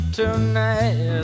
tonight